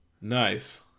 Nice